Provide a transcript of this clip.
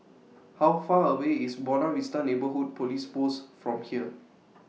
How Far away IS Buona Vista Neighbourhood Police Post from here